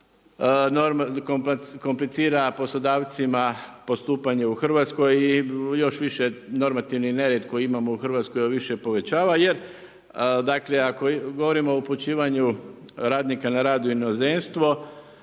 komplicira poslodavcima postupanje u Hrvatskoj i još više normativni nered koji imamo u Hrvatskoj više povećava. Jer dakle ako govorimo o upućivanju radnika na rad u inozemstvo